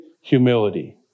humility